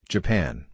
Japan